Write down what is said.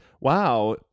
Wow